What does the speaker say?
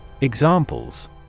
Examples